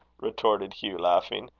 retorted hugh, laughing.